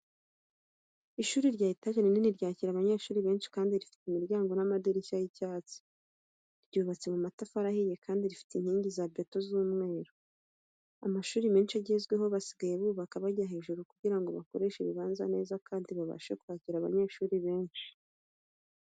Ishuri rya etaje rinini ryakira abanyeshuri benshi kandi rifite imiryango n'amadirishya y'icyatsi, ryubatse mu matafari ahiye kandi rifite inkingi za beto z'umweru. Amashuri menshi agezweho basigaye bubaka bajya hejuru kugira bakoreshe ibibanza neza kandi babashe kwakira abanyeshuri benshi.